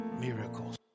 miracles